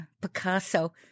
Picasso